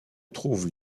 trouvent